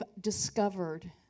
discovered